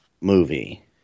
movie